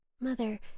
Mother